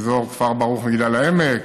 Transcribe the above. אזור כפר ברוך, מגדל העמק,